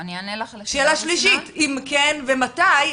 שאלה שלישית אם כן ומתי,